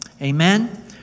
Amen